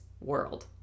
world